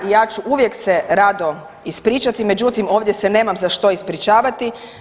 I ja ću uvijek se rado ispričati, međutim ovdje se nemam za što ispričavati.